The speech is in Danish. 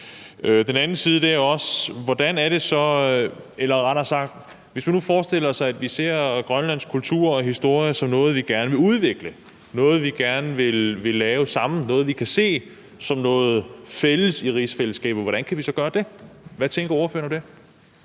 Der er også en anden ting. Hvis vi nu forestiller os, at vi ser Grønlands kultur og historie som noget, vi gerne vil udvikle, noget vi gerne vil lave sammen, noget, vi kan se som noget fælles i rigsfællesskabet, hvordan kan vi så gøre det? Hvad tænker ordføreren om